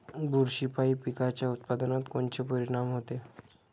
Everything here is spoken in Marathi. बुरशीपायी पिकाच्या उत्पादनात कोनचे परीनाम होते?